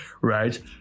right